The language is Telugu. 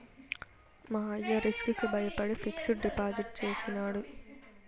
మా అయ్య రిస్క్ కి బయపడి ఫిక్సిడ్ డిపాజిట్ చేసినాడు